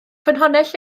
ffynhonnell